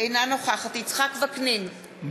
אינה נוכחת יצחק וקנין,